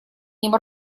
ним